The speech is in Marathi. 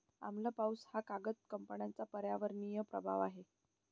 आम्ल पाऊस हा कागद कंपन्यांचा पर्यावरणीय प्रभाव आहे